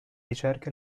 ricerca